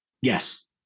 yes